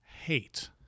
hate